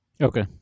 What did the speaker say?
Okay